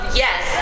yes